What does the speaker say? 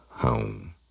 Home